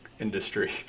industry